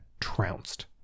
trounced